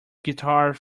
guitars